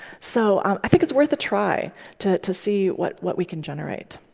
so i think it's worth a try to to see what what we can generate.